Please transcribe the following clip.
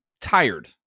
tired